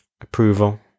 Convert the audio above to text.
Approval